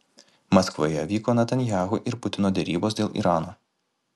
maskvoje vyko netanyahu ir putino derybos dėl irano